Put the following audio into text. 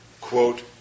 quote